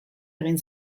egin